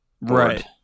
Right